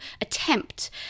attempt